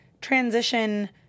transition